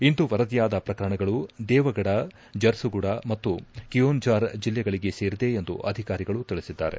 ಇಂದು ವರದಿಯಾದ ಪ್ರಕರಣಗಳು ದೇವಗಡ ಜರ್ಸುಗುಡ ಮತ್ತು ಕಿಯೋನ್ಜಾರ್ ಜೆಲ್ಲೆಗಳಿಗೆ ಸೇರಿದೆ ಎಂದು ಅಧಿಕಾರಿಗಳು ತಿಳಿಸಿದ್ದಾರೆ